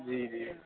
جی جی